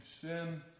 sin